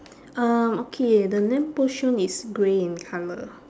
um okay the lamppost shown is grey in colour